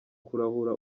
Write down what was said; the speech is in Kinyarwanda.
kurahura